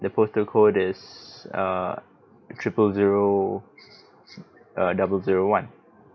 the postal code is err triple zero double uh zero one